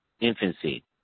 infancy